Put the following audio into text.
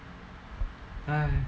!hais!